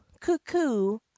cuckoo